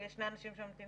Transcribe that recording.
יש אנשים ותיקים ממני פה,